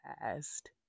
past